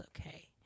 okay